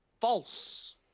false